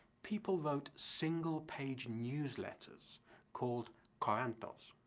people wrote single-page newsletters called corantos,